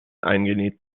eingenäht